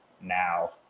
now